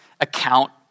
account